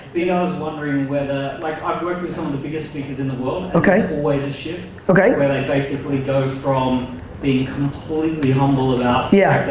b, i was wondering whether, like, i've worked with some of the biggest speakers in the world okay. there's always a shift, okay. where they basically go from being completely humble about yeah.